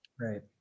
right